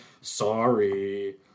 sorry